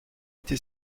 été